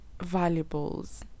valuables